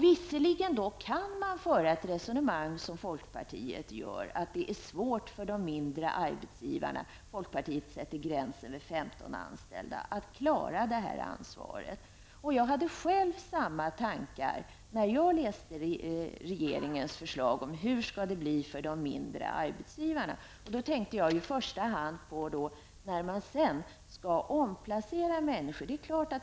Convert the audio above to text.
Visserligen kan man, som folkpartiet gör, föra ett resonemang om att det är svårt för de mindre arbetsgivarna -- folkpartiet sätter gränsen vid 15 anställda -- att klara av ansvaret. Jag hade själv samma tankar när jag läste regeringens förslag. Jag frågade mig hur det skulle gå för de mindre arbetsgivarna, framför allt i samband med att människor skall omplaceras.